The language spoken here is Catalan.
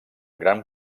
gran